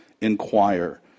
inquire